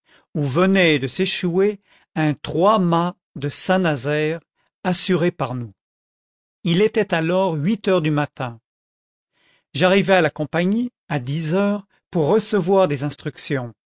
où venait de s'échouer un trois-mâts de saint-nazaire assuré par nous il était alors huit heures du matin j'arrivai à la compagnie à dix heures pour recevoir des instructions